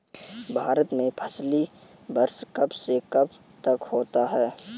भारत में फसली वर्ष कब से कब तक होता है?